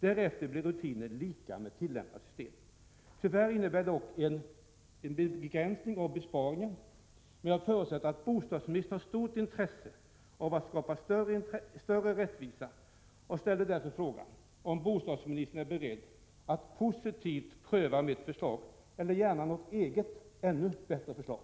Därefter blir rutinen lika med nu tillämpat system. Tyvärr innebär det dock en begränsning av besparingen, men jag förutsätter att bostadsministern har stort intresse av att skapa större rättvisa och ställer därför frågan om bostadsministern är beredd att positivt pröva mitt förslag eller gärna något eget ännu bättre förslag.